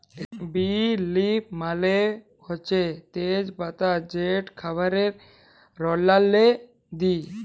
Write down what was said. বে লিফ মালে হছে তেজ পাতা যেট খাবারে রাল্লাল্লে দিই